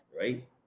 right